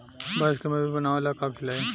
भैंस के मजबूत बनावे ला का खिलाई?